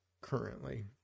currently